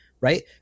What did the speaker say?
Right